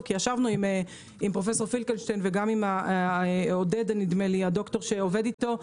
כי ישבנו עם פרופ' פינקלשטיין וגם עם עודד נדמה לי הד"ר שעובד אתו,